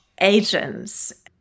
agents